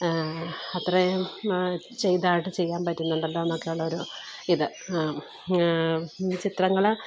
അത്രയും ചെയ്തതായിട്ടു ചെയ്യാൻ പറ്റുന്നുണ്ടല്ലോയെന്നൊക്കെ ഉള്ളൊരു ഇത് ചത്രങ്ങൾ